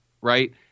right